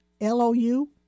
L-O-U